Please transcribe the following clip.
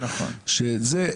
שאת זה,